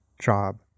job